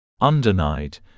Undenied